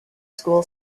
school